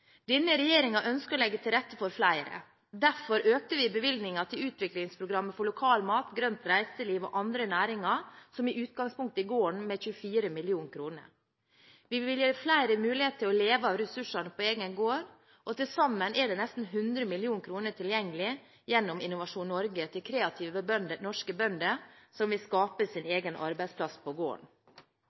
Denne regjeringen ønsker å legge til rette for flere. Derfor økte vi bevilgningen til utviklingsprogrammet for lokalmat, grønt reiseliv og andre næringer som har utgangspunkt i gården, med 24 mill. kr. Vi vil gi flere mulighet til å leve av ressursene på egen gård, og til sammen er det nesten 100 mill. kr tilgjengelig gjennom Innovasjon Norge til kreative norske bønder som vil skape sin egen arbeidsplass på gården.